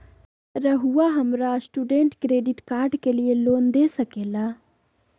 रहुआ हमरा student credit card के लिए लोन दे सके ला?